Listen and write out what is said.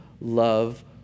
love